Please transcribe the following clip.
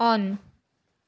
on